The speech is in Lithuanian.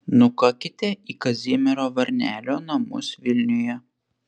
nukakite į kazimiero varnelio namus vilniuje